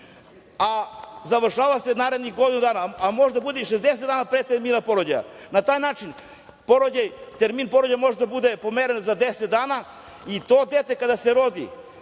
a završava se u narednih godinu dana. Može da bude i 60 dana pre termina porođaja. Na taj način porođaj, termin porođaja može da bude pomeren za 10 dana i to dete kada se rodi,